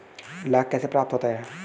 लाख कैसे प्राप्त होता है?